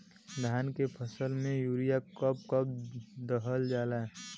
धान के फसल में यूरिया कब कब दहल जाला?